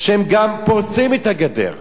שהם גם פורצים את הגדר.